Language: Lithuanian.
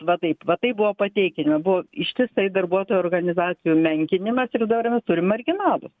va taip va taip buvo pateikiami buvo ištisai darbuotojų organizacijų menkinimas ir dar mes turim marginalus